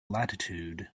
latitude